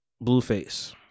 Blueface